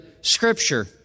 Scripture